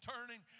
turning